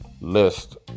list